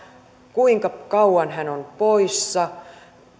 kuinka kauan hän on poissa